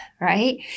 right